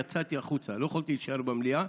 יצאתי החוצה, לא יכולתי להישאר במליאה,